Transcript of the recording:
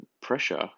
pressure